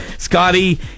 Scotty